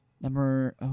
Number